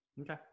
Okay